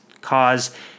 cause